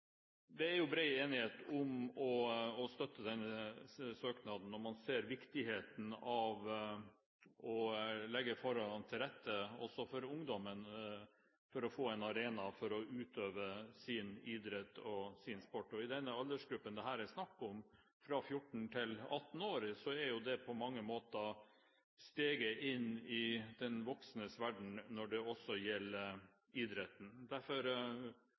Det er bred enighet om å støtte denne søknaden. Man ser viktigheten av å legge forholdene til rette også for ungdommen for at de skal få en arena for å utøve sin idrett og sin sport. Denne aldersgruppen, fra 14 til 18 år, som det her er snakk om, tar jo på mange måter steget inn i de voksnes verden også når det gjelder idretten. Derfor